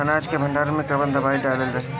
अनाज के भंडारन मैं कवन दवाई डालल ठीक रही?